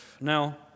Now